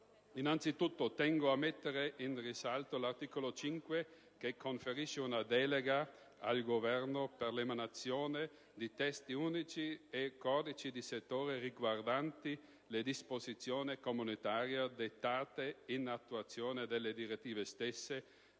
Innanzitutto, tengo a mettere in risalto l'articolo 5 che conferisce una delega al Governo per l'emanazione di testi unici e codici di settore riguardanti le disposizioni comunitarie, dettate in attuazione delle direttive stesse